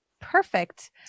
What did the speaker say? Perfect